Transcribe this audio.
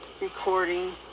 recording